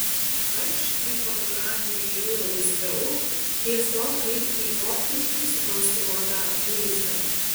aš į fotografiją žiūriu laisviau tiesiog kaip į optiškai sukonstruotą vaizdą